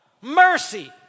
mercy